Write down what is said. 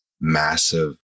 massive